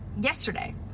yesterday